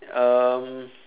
um